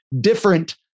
different